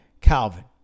Calvin